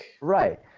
Right